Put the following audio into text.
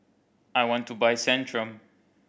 I want to buy Centrum